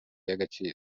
y’agaciro